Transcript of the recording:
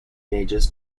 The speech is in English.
gauges